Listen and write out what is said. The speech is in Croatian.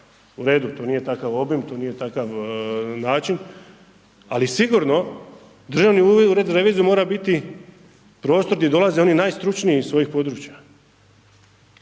U redu to nije takav obim, to nije takav način, ali sigurno Državni ured za reviziju mora biti prostor gdje dolaze oni najstručniji iz svojih područja.